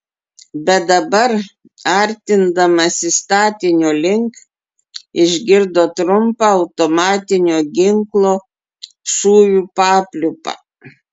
bet dabar artindamasi statinio link išgirdo trumpą automatinio ginklo šūvių papliūpą